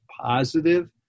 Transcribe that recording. positive